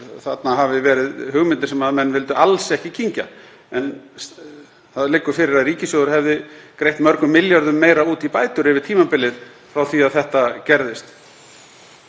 þarna hafi verið hugmyndir sem menn vildu alls ekki kyngja, að það liggur fyrir að ríkissjóður hefði greitt mörgum milljörðum meira út í bætur yfir tímabilið frá því að þetta gerðist.(Forseti